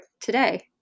today